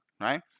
right